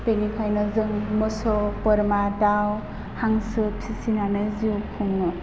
बेनिखायनो जों मोसौ बोरमा दाउ हांसो फिसिनानै जिउ खुङो